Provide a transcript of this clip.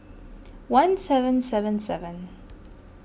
one seven seven seven